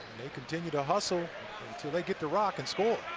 they continue to hustle until they get the rock and score.